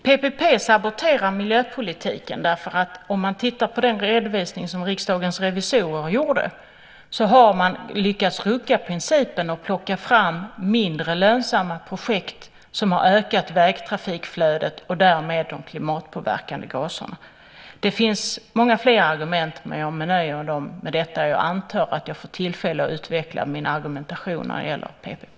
PPP saboterar miljöpolitiken. Om man tittar på den redovisning som Riksdagens revisorer gjorde ser man att de har lyckats rucka på principen och plocka fram mindre lönsamma projekt, som har ökat vägtrafikflödet och därmed de klimatpåverkande gaserna. Det finns många fler argument, men jag nöjer mig med detta. Jag antar att jag får tillfälle att utveckla min argumentation när det gäller PPP.